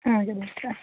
ആ